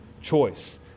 choice